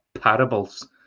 parables